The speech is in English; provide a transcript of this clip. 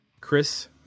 Chris